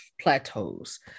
plateaus